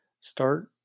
start